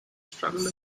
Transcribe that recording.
struggle